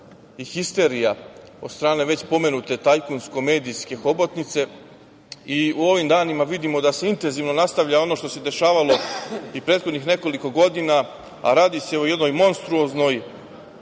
i histerija o strane već pomenute tajkunsko-medijske hobotnice. U ovim danima vidimo da se intenzivno nastavlja ono što se dešavalo i prethodnih nekoliko godina. Radi se o jednoj monstruoznoj,